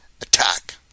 ATTACK